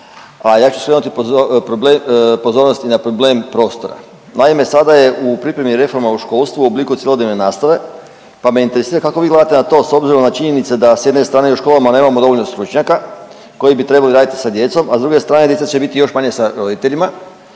a ja ću problem, pozornost i na problem prostora. Naime, sada je priprema reforma o školstvu u obliku cjelodnevne nastave, pa me interesira kako vi gledate na to s obzirom na činjenice da s jedne strane u školama nemamo dovoljno stručnjaka koji bi trebali raditi sa djecom, a s druge strane djeca će biti još manje sa roditeljima,